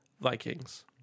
Vikings